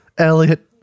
Elliot